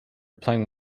playing